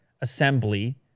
assembly